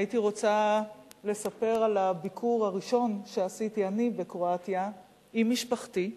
הייתי רוצה לספר על הביקור הראשון שעשיתי אני בקרואטיה עם משפחתי,